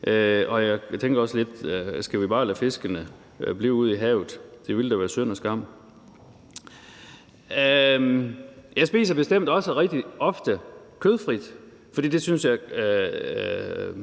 Og jeg tænker også lidt, om vi så bare skal lade fiskene blive ude i havet – det ville da være synd og skam. Jeg spiser bestemt også rigtig ofte kødfrit, for det synes jeg